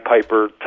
Piper